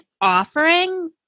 offering